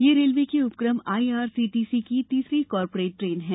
यह रेलवे के उपकम आईआरसीटीसी की तीसरी कॉर्पोरेट ट्रेन है